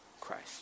Christ